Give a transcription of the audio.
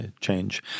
change